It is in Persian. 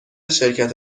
شرکت